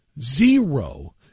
Zero